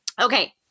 okay